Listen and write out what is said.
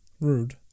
Rude